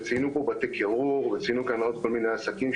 וציינו פה בתי קירור וציינו עוד כל מיני עסקים,